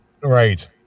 right